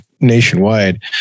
nationwide